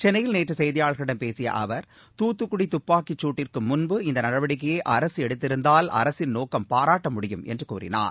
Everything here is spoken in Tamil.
சென்னையில் நேற்று செய்தியாளா்களிடம் பேசிய அவா் தூத்துக்குடி துப்பாக்கிச் சூட்டிற்கு முன்பு இந்த நடவடிக்கையை அரசு எடுத்திருந்தால் அரசின் நோக்கத்தை பாராட்ட முடியும் என்று கூறினார்